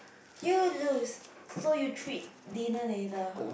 you lose so you treat dinner later